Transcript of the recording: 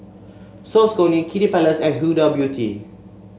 Saucony Kiddy Palace and Huda Beauty